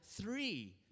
three